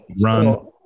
run